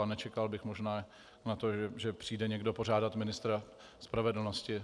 A nečekal bych možná na to, že přijde někdo požádat ministra spravedlnosti.